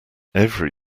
every